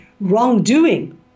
wrongdoing